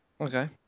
Okay